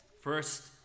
First